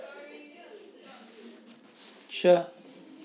sure